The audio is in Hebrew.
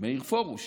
מאיר פרוש